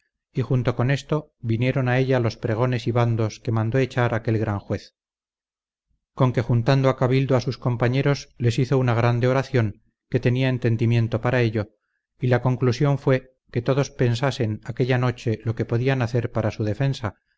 y junto con esto vinieron a ella los pregones y bandos que mandó echar aquel gran juez con que juntando a cabildo a sus compañeros les hizo una grande oración que tenía entendimiento para ello y la conclusión fue que todos pensasen aquella noche lo que podían hacer para su defensa